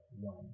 one